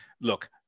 look